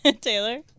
Taylor